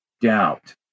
doubt